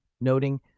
noting